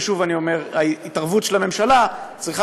ואני שוב אומר: ההתערבות של הממשלה צריכה